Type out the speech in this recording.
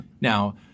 Now